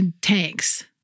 tanks